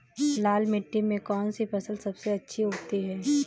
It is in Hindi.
लाल मिट्टी में कौन सी फसल सबसे अच्छी उगती है?